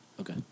Okay